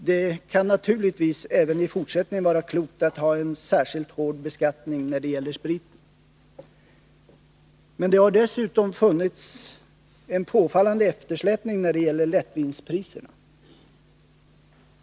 Det kan naturligtvis även i fortsättningen vara klokt att ha en särskilt hård beskattning av spriten. Men det har dessutom varit en påfallande eftersläpning när det gäller lättvinspriserna.